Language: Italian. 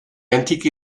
antichi